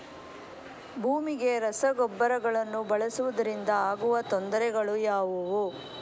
ಭೂಮಿಗೆ ರಸಗೊಬ್ಬರಗಳನ್ನು ಬಳಸುವುದರಿಂದ ಆಗುವ ತೊಂದರೆಗಳು ಯಾವುವು?